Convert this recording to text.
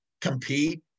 compete